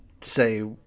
say